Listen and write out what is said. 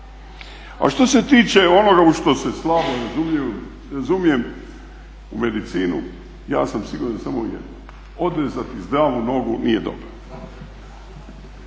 A što se tiče onoga u što se slabo razumijem u medicinu, ja sam siguran samo u jedno, odrezati zdravu nogu nije dobro.